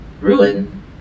Ruin